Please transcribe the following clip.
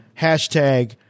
hashtag